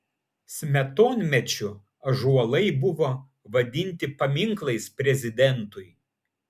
smetonmečiu ąžuolai buvo vadinti paminklais prezidentui